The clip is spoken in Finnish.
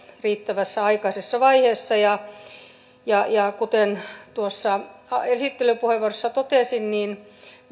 riittävän aikaisessa vaiheessa ja ja kuten tuossa esittelypuheenvuorossa totesin